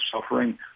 suffering